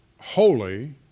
holy